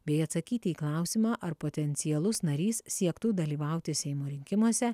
bei atsakyti į klausimą ar potencialus narys siektų dalyvauti seimo rinkimuose